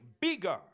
bigger